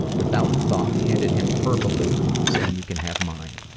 without a thought, handed him her balloon saying you can have mine.